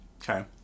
Okay